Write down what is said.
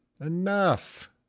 enough